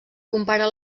compara